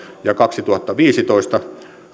ja kaksituhattaviisitoista